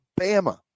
Bama